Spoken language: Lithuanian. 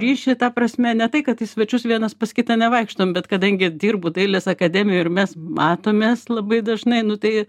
ryšį ta prasme ne tai kad į svečius vienas pas kitą nevaikštom bet kadangi dirbu dailės akademijoj ir mes matomės labai dažnai nu tai